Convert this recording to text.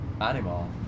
animal